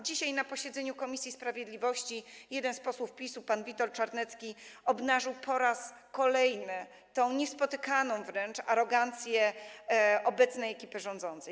Dzisiaj na posiedzeniu komisji sprawiedliwości jeden z posłów PiS-u, pan Witold Czarnecki, obnażył po raz kolejny tę niespotykaną wręcz arogancję obecnej ekipy rządzącej.